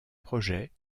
projets